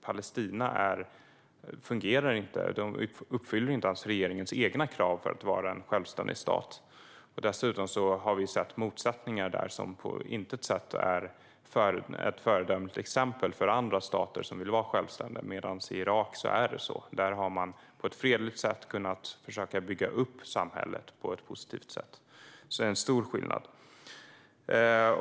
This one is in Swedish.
Palestina uppfyller ju inte alls regeringens egna krav för att vara en självständig stat. Dessutom har vi sett motsättningar där som på intet sätt gör Palestina till ett föredömligt exempel för andra stater som vill vara självständiga, medan man i Irak har försökt bygga upp samhället på ett fredligt och positivt sätt. Det är alltså en stor skillnad.